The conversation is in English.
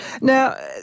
Now